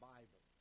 Bible